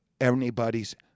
anybody's